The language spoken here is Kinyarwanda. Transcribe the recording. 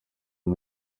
uyu